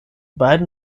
beiden